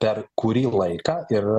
per kurį laiką ir